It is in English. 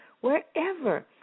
wherever